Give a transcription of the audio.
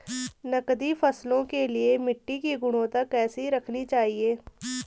नकदी फसलों के लिए मिट्टी की गुणवत्ता कैसी रखनी चाहिए?